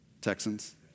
Texans